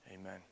Amen